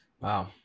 Wow